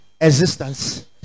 existence